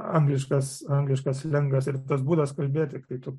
angliškas angliškas slengas ir tas būdas kalbėti kai tu